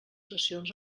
sessions